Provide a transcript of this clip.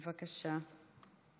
בבקשה.